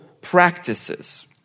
practices